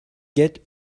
get